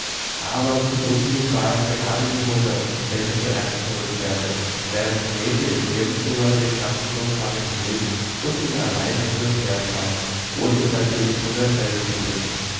aber zum unglück war es gerade die mutter welche zuerst zurückkehrte während grete im nebenzimmer den kasten umfangen hielt und ihn allein hin und her schwang ohne ihn natürlich von der stelle zu bringen